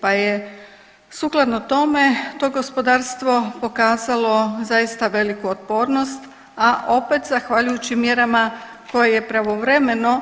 Pa je sukladno tome to gospodarstvo pokazalo zaista veliku otpornost, a opet zahvaljujući mjerama koje pravovremeno